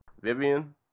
Vivian